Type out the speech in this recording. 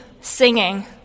singing